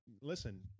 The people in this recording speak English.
listen